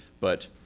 but